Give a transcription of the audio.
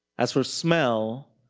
as for smell,